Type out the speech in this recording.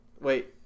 Wait